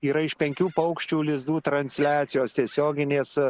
yra iš penkių paukščių lizdų transliacijos tiesioginės